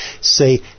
Say